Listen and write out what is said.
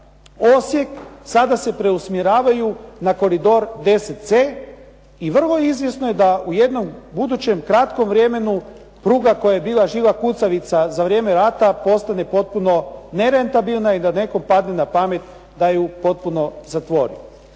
sada se preusmjeravaju na koridor 10C i vrlo izvjesno je da u jednom budućem kratkom vremenu pruga koja je žila kucavica za vrijeme rata postane potpuno nerentabilna i da nekome padne na pamet da ju potpuno zatvori.